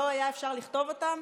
לא היה אפשר לכתוב אותם?